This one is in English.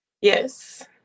Yes